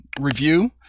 review